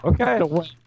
Okay